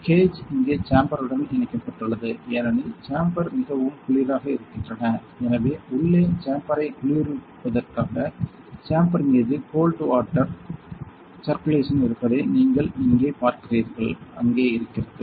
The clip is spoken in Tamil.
கேஜ் இங்கே சேம்பருடன் இணைக்கப்பட்டுள்ளது ஏனெனில் சேம்பர் மிகவும் குளிராக இருக்கின்றன எனவே உள்ளே சேம்பர்ரை குளிர்விப்பதற்காக சேம்பர் மீது கோல்ட் வாட்டர் சர்குலேஷன் இருப்பதை நீங்கள் இங்கே பார்க்கிறீர்கள் அங்கே இருக்கிறது